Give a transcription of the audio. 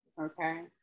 Okay